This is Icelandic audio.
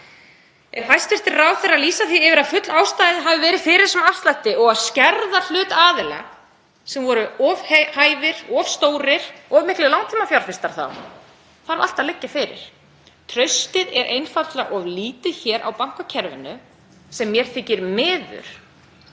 Er hæstv. ráðherra að lýsa því yfir að full ástæða hafi verið fyrir svona afslætti og því að skerða hlut aðila sem voru þá hvað, of hæfir, of stórir og of miklir langtímafjárfestar? Þetta þarf alltaf að liggja fyrir. Traustið er einfaldlega of lítið hér á bankakerfinu, sem mér þykir miður,